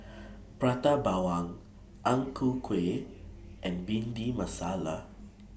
Prata Bawang Ang Ku Kueh and Bhindi Masala